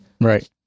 right